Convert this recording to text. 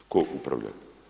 Tko upravlja?